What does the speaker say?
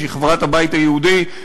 שהיא חברת הבית היהודי,